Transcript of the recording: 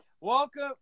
welcome